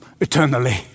eternally